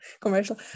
commercial